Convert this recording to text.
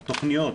תוכניות,